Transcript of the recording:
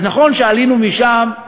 אז נכון שעלינו משם,